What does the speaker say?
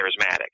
charismatic